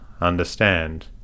understand